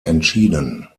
entschieden